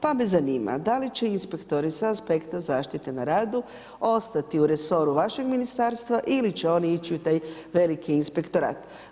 Pa me zanima, da li će inspektori s aspekta zaštite na radu ostati u resoru vašeg Ministarstva ili će oni ići u taj veliki inspektorat?